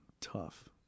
tough